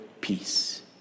peace